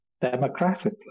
democratically